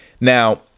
now